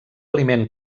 aliment